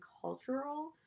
cultural